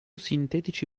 sintetici